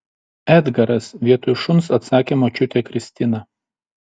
edgaras vietoj šuns atsakė močiutė kristina